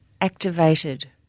Activated